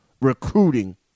recruiting